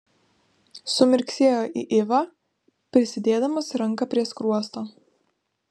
sumirksėjo į ivą prisidėdamas ranką prie skruosto